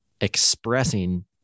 expressing